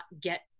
get